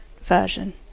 version